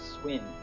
swim